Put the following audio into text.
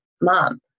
mom